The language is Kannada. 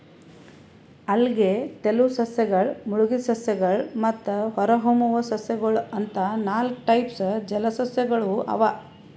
ಅಲ್ಗೆ, ತೆಲುವ್ ಸಸ್ಯಗಳ್, ಮುಳಗಿದ್ ಸಸ್ಯಗಳ್ ಮತ್ತ್ ಹೊರಹೊಮ್ಮುವ್ ಸಸ್ಯಗೊಳ್ ಅಂತಾ ನಾಲ್ಕ್ ಟೈಪ್ಸ್ ಜಲಸಸ್ಯಗೊಳ್ ಅವಾ